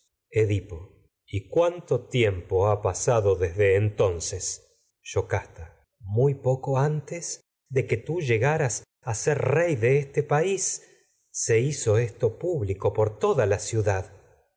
y cuánto tiempo ha pasado desde entonces yocasta muy se poco antes de que tú por llegaras a ser rey de este país hizo esto público toda la ciudad